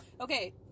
Okay